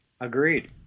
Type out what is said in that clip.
Agreed